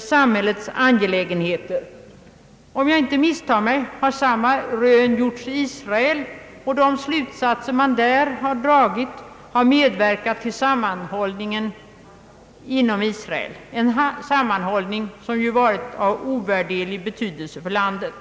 samhällets angelägenheter. Om jag inte misstar mig har samma rön gjorts i Israel. De slutsatser man där dragit har medverkat till sammanhållningen inom Israel — en sammanhållning som varit av ovärderlig betydelse för landet.